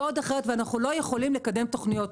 ועוד אחרת, ואנחנו לא יכולים לקדם תוכניות.